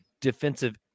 defensive